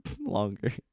longer